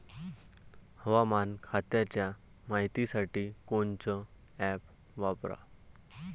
हवामान खात्याच्या मायतीसाठी कोनचं ॲप वापराव?